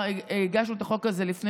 הוא לא נמצא כאן כבר?